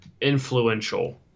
influential